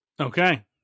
Okay